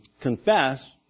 confess